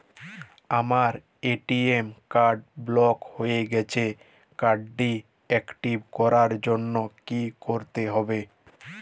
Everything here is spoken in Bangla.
আমার এ.টি.এম কার্ড ব্লক হয়ে গেছে কার্ড টি একটিভ করার জন্যে কি করতে হবে?